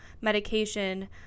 medication